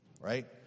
right